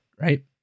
right